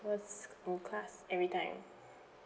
first in class every time